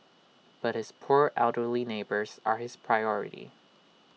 but his poor elderly neighbours are his priority